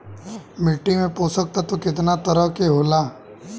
मिट्टी में पोषक तत्व कितना तरह के होला?